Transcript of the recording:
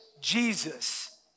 Jesus